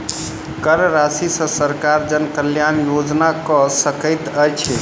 कर राशि सॅ सरकार जन कल्याण योजना कअ सकैत अछि